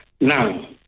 Now